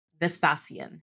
Vespasian